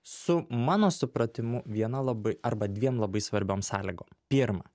su mano supratimu viena labai arba dviem labai svarbiom sąlygom pirma